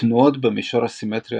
תנועות במישור הסימטריה